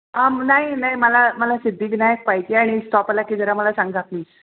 आ नाही नाही मला मला सिद्धिविनायक पाहिजे आणि स्टॉप आला की जरा मला सांगा प्लीज